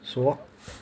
swap